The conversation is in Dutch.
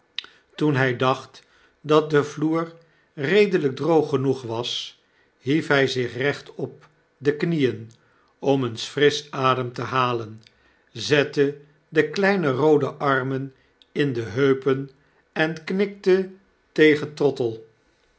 toen hij dacht dat de vloer redelyk droog genoeg was hief hy zich recht op de knieen om eens frisch adem te halen zette de kleine roode armen in de heupen en knikte tegen trottle